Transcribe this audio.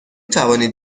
توانید